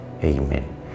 Amen